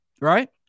right